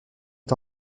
est